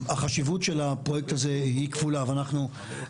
החשיבות של הפרויקט הזה היא כפולה ואנחנו